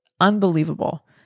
unbelievable